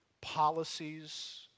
policies